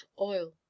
oil